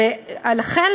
ולכן,